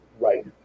Right